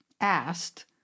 asked